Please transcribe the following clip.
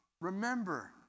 remember